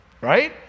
Right